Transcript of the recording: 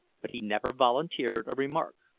but he never volunteered a remark.